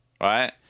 right